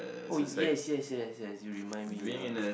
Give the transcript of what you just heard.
oh yes yes yes yes you remind me ya